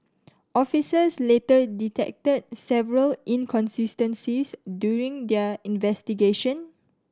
officers later detected several inconsistencies during their investigation